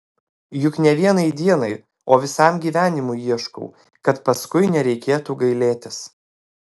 juk ne vienai dienai o visam gyvenimui ieškau kad paskui nereikėtų gailėtis